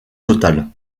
totale